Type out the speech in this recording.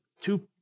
two